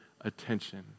attention